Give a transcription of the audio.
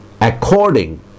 according